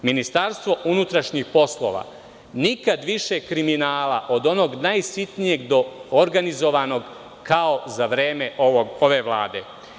Ministarstvo unutrašnjih poslova, nikad više kriminala od onog najsitnijeg do organizovanog kao za vreme ove vlade.